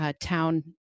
town